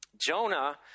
Jonah